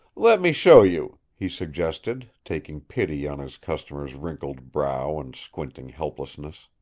let me show you, he suggested, taking pity on his customer's wrinkled brow and squinting helplessness.